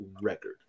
record